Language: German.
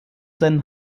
sein